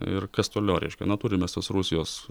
ir kas toliau reiškia na turim mes tuos rusijos